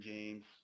James